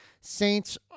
Saints